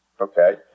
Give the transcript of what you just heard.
Okay